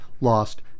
lost